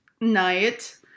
Night